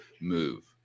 move